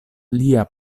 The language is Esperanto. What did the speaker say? lia